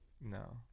No